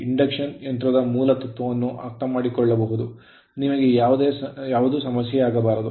induction ಯಂತ್ರದ ಮೂಲ ತತ್ವವನ್ನು ಅರ್ಥಮಾಡಿಕೊಳ್ಳುವುದು ನಿಮಗೆ ಯಾವುದೇ ಸಮಸ್ಯೆಯಾಗಬಾರದು